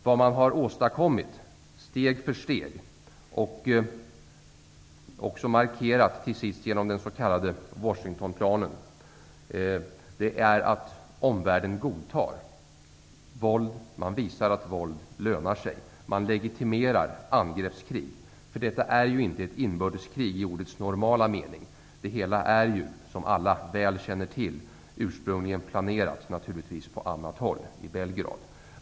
Vad man steg för steg har åstadkommit och till sist också markerat genom den s.k. Washingtonplanen är att omvärlden godtar våld. Man visar att våld lönar sig. Man legitimerar angreppskrig. För detta är ju ett inbördeskrig i ordets normala mening. Det hela är, som alla väl känner till, ursprungligen planerat på annat håll, i Belgrad.